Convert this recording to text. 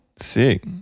sick